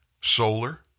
Solar